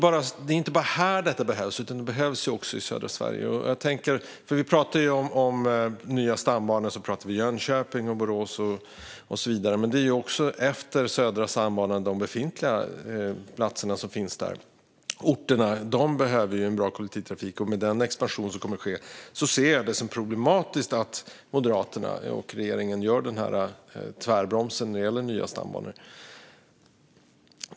Det är inte bara där detta behövs, utan det behövs också i södra Sverige. När vi pratar om nya stambanor handlar det om Jönköping, Borås och så vidare, men det handlar också om de befintliga orter som finns utefter Södra stambanan. De behöver en bra kollektivtrafik, och med den expansion som kommer att ske ser jag det som problematiskt att Moderaterna och regeringen gör en tvärbromsning när det gäller nya stambanor.